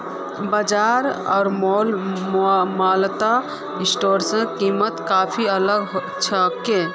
बाजार आर मॉलत ओट्सेर कीमत काफी अलग छेक